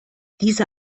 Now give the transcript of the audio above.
diese